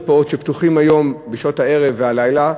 הרבה מרפאות פתוחות היום בשעות הערב והלילה,